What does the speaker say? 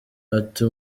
ati